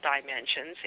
dimensions